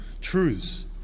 truths